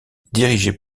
dirigées